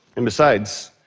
and besides,